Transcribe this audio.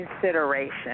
consideration